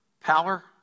power